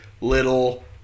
little